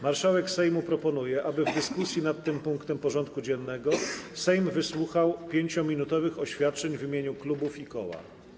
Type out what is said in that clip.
Marszałek Sejmu proponuje, aby w dyskusji nad tym punktem porządku dziennego Sejm wysłuchał 5-minutowych oświadczeń w imieniu klubów i koła.